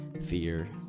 fear